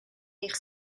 eich